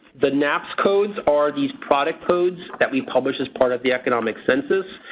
the napcs codes are these product codes that we publish as part of the economic census.